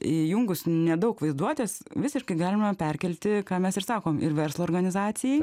įjungus nedaug vaizduotės visiškai galima perkelti ką mes išsakom ir verslo organizacijai